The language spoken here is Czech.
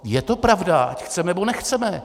Je to pravda, ať chceme nebo nechceme.